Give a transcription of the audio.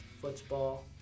football